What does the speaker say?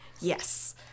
Yes